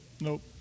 Nope